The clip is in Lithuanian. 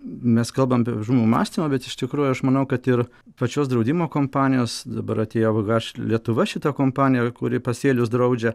mes kalbam apie žmonių mąstymą bet iš tikrųjų aš manau kad ir pačios draudimo kompanijos dabar atėjo vh lietuva šita kompanija kuri pasėlius draudžia